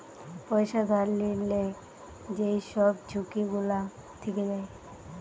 পয়সা ধার লিলে যেই সব ঝুঁকি গুলা থিকে যায়